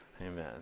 Amen